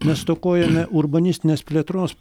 mes stokojame urbanistinės plėtros